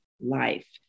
life